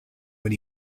when